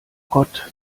gott